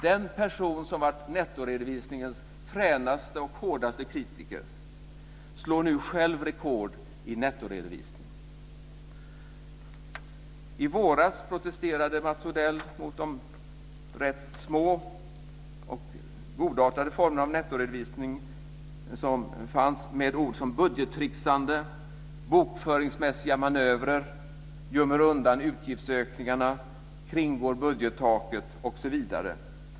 Den person som varit nettoredovisningens fränaste och hårdaste kritiker slår nu själv rekord i nettoredovisning. I våras protesterade Mats Odell mot de rätt små och godartade former av nettoredovisning som fanns med följande ordval: budgettricksande, bokföringsmässiga manövrer, gömmer undan utgiftsökningarna, kringgår budgettaket osv.